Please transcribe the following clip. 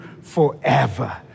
forever